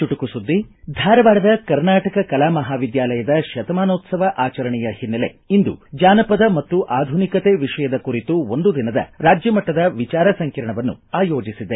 ಚುಟುಕು ಸುದ್ದಿ ಧಾರವಾಡದ ಕರ್ನಾಟಕ ಕಲಾ ಮಹಾವಿದ್ಯಾಲಯದ ಶತಮಾನೋತ್ಸವ ಹಿನ್ನೆಲೆ ಇಂದು ಜಾನಪದ ಮತ್ತು ಆಧುನಿಕತ ವಿಷಯದ ಕುರಿತು ಒಂದು ದಿನದ ರಾಜ್ಯ ಮಟ್ಟದ ವಿಚಾರ ಸಂಕಿರಣವನ್ನು ಆಯೋಜಿಸಿದೆ